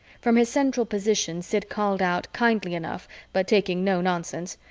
from his central position, sid called out, kindly enough but taking no nonsense,